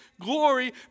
glory